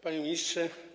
Panie Ministrze!